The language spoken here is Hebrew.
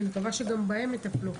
שאני מקווה שגם בהם יטפלו.